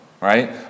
right